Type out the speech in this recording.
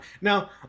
Now